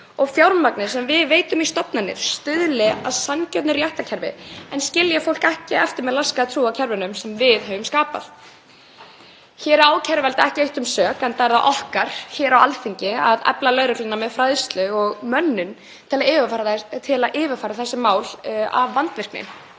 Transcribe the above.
og fjármagnið sem við veitum í stofnanir stuðli að sanngjörnu réttarkerfi en skilji fólk ekki eftir með laskaða trú á kerfunum sem við höfum skapað. Hér á ákæruvaldið ekki eitt sök enda er það okkar hér á Alþingi að efla lögregluna með fræðslu og mönnun til að yfirfara þessi mál af vandvirkni.